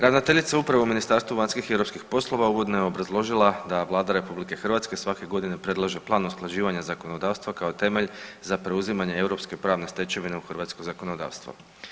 Ravnateljica Uprave u Ministarstvu vanjskih i europskih poslova uvodno je obrazložila da Vlada RH svake godine predlaže Plan usklađivanja zakonodavstva kao temelj za preuzimanje europske pravne stečevine u hrvatsko zakonodavstvo.